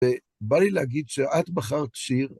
ובא לי להגיד שאת בחרת שיר.